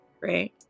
right